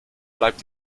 bleibt